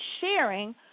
sharing